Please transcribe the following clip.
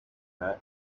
not